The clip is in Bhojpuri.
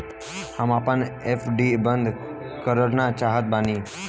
हम आपन एफ.डी बंद करना चाहत बानी